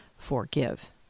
forgive